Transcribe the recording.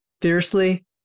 fiercely